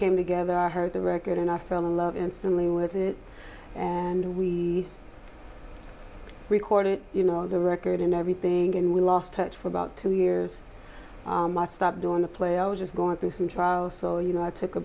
came together i heard the record and i fell in love instantly with it and we recorded it you know the record and everything and we lost touch for about two years stopped doing a play i was just going through some trials so you know i took a